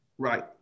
Right